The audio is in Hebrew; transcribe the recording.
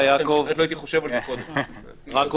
אני יותר